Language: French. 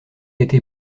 été